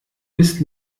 bist